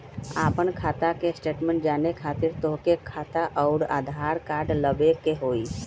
आपन खाता के स्टेटमेंट जाने खातिर तोहके खाता अऊर आधार कार्ड लबे के होइ?